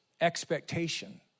expectation